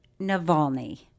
Navalny